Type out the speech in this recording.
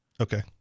Okay